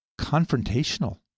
confrontational